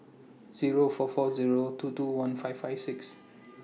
Zero four four Zero two two one five five six